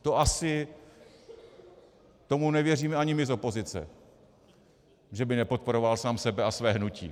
Tomu asi nevěříme ani my z opozice, že by nepodporoval sám sebe a své hnutí.